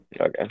Okay